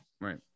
Right